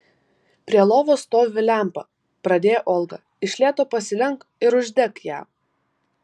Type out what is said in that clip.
prie lovos stovi lempa pradėjo olga iš lėto pasilenk ir uždek ją